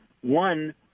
One